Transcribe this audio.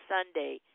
Sunday